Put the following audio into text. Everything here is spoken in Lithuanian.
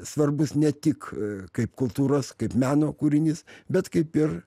svarbus ne tik kaip kultūros kaip meno kūrinys bet kaip ir